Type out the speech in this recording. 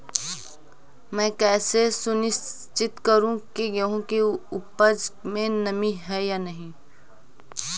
मैं कैसे सुनिश्चित करूँ की गेहूँ की उपज में नमी है या नहीं?